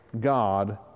God